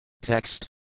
Text